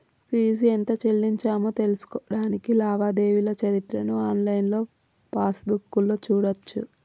fee ఎంత చెల్లించామో తెలుసుకోడానికి లావాదేవీల చరిత్రను ఆన్లైన్ పాస్బుక్లో చూడచ్చు